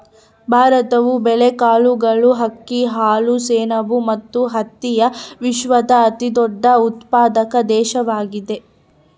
ಭಾರತವು ಬೇಳೆಕಾಳುಗಳು, ಅಕ್ಕಿ, ಹಾಲು, ಸೆಣಬು ಮತ್ತು ಹತ್ತಿಯ ವಿಶ್ವದ ಅತಿದೊಡ್ಡ ಉತ್ಪಾದಕ ದೇಶವಾಗಿದೆ